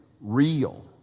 real